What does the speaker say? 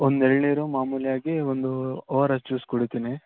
ಒಂದು ಎಳನೀರು ಮಾಮೂಲಿಯಾಗಿ ಒಂದು ಓ ಆರ್ ಎಸ್ ಜ್ಯೂಸ್ ಕುಡಿತೀನಿ